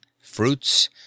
fruits